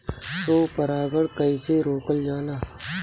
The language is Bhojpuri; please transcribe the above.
स्व परागण कइसे रोकल जाला?